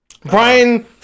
Brian